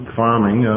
farming